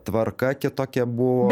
tvarka kitokia buvo